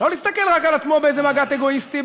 לא להסתכל רק על עצמו באיזה מבט אגואיסטי,